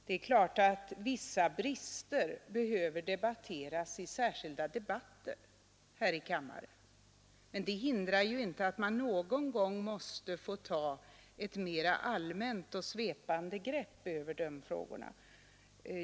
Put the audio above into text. Det är klart att vissa brister behöver diskuteras i särskilda debatter här i kammaren, men det hindrar inte att man någon gång måste få ta ett mera allmänt och svepande grepp över problemen.